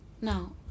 Now